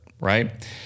right